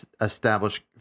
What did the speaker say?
establish